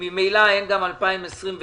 וממילא גם אין תקציב ל-2021,